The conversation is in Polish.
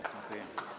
Dziękuję.